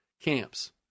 camps